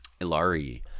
Ilari